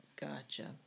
Gotcha